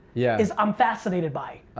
yeah is i'm fascinated by.